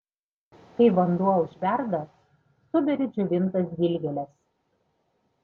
kai vanduo užverda suberiu džiovintas dilgėles